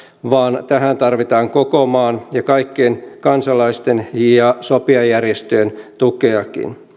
vaan tähän tarvitaan koko maan ja kaikkien kansalaisten ja sopijajärjestöjenkin tukea